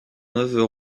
neveu